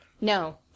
No